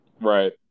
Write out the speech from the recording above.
Right